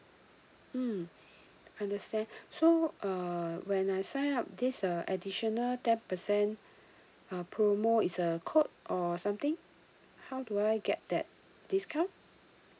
mm understand so uh when I sign up this uh additional ten percent uh promo is a code or something how do I get that discount